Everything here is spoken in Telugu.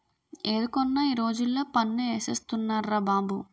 ఏది కొన్నా ఈ రోజుల్లో పన్ను ఏసేస్తున్నార్రా బాబు